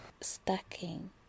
Stacking